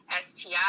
STI